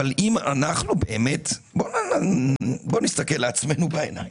בואו נסתכל לעצמנו בעיניים.